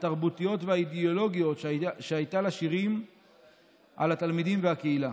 התרבותיות והאידיאולוגיות שהיו לשירים על התלמידים והקהילה.